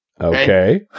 Okay